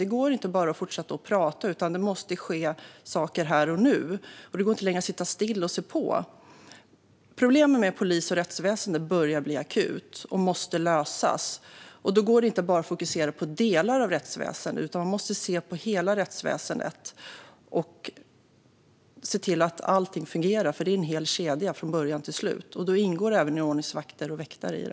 Det går inte att bara fortsätta att prata, utan det måste ske saker här och nu. Det går inte längre att sitta still och se på. Problemen med polisen och rättsväsendet börjar bli akuta och måste lösas. Då går det inte att bara fokusera på delar av rättsväsendet, utan man måste se på hela rättsväsendet och se till att allt fungerar. Det är en hel kedja från början till slut, och där ingår även ordningsvakter och väktare.